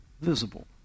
visible